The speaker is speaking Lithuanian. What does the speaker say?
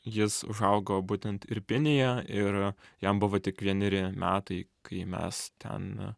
jis užaugo būtent irpinėje ir jam buvo tik vieneri metai kai mes ten